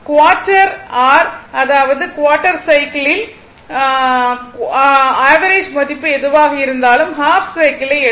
quarter R r அதாவது quarter சைக்கிளில் average மதிப்பு எதுவாக இருந்தாலும் ஹாஃப் சைக்கிளை எடுக்கும்